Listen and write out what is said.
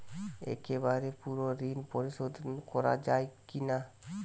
একবারে পুরো ঋণ পরিশোধ করা যায় কি না?